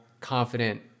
confident